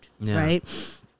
Right